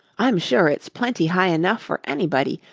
i'm sure it's plenty high enough for anybody.